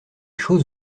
choses